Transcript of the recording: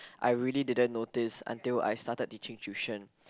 I really didn't notice until I started teaching tuition